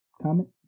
comment